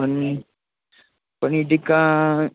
paneer paneer tikka